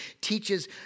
teaches